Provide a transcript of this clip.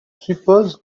suppose